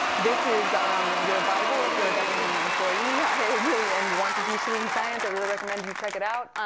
this is um your bible, if you're a government employee. i really, and you want to do citizen science, i really recommend you check it out.